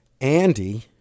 Andy